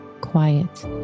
quiet